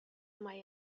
mae